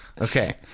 Okay